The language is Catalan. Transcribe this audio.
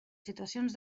situacions